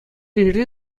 енре